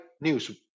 News